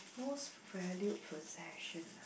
most valued possession ah